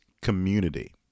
community